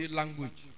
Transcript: language